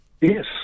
Yes